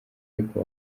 ariko